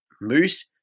Moose